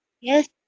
Yes